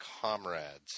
comrades